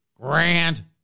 grand